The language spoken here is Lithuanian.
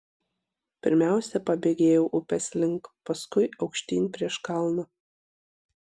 pirmiausia pabėgėjau upės link paskui aukštyn prieš kalną